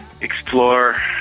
explore